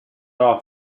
off